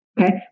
okay